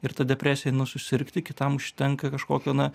ir ta depresija nu susirgti kitam užtenka kažkokio na